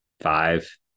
five